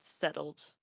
settled